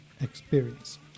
experience